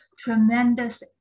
Tremendous